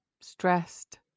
stressed